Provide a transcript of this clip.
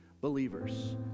believers